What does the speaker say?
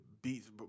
Beats